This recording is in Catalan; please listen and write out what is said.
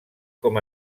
com